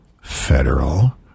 federal